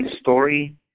story